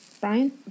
Brian